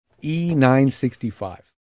E965